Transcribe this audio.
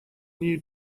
new